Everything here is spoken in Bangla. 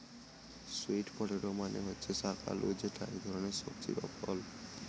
স্যুইট পটেটো মানে হচ্ছে শাক আলু যেটা এক ধরনের সবজি বা ফল